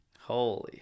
Holy